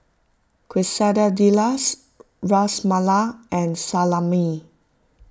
Quesadillas Ras Malai and Salami